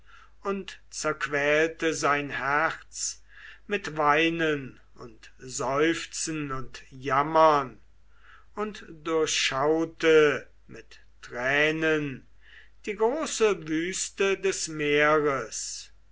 und zerquälte sein herz mit weinen und seufzen und jammern und durchschaute mit tränen die große wüste des meeres